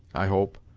i hope,